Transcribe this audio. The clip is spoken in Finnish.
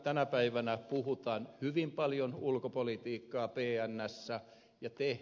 tänä päivänä puhutaan hyvin paljon ulkopolitiikkaa pnssä